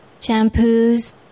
shampoos